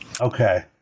Okay